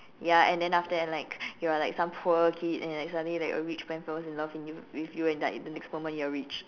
ya and then after that like you're like some poor kid and then like suddenly like a rich man falls in love in you with you and like the next moment you're rich